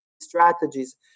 strategies